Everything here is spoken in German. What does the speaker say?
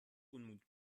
unmut